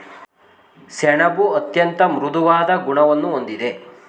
ಸೆಣಬು ಅತ್ಯಂತ ಮೃದುವಾದ ಗುಣವನ್ನು ಹೊಂದಿದೆ